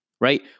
right